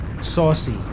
saucy